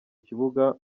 kibuga